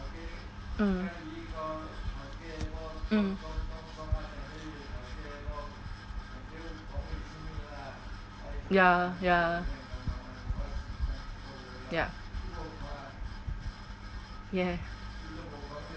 mm mm ya ya ya yeah